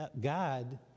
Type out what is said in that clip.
God